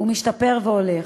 משתפר והולך.